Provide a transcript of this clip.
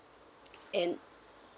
in